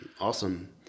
Awesome